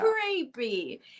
creepy